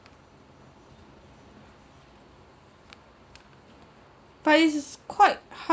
but is is quite hard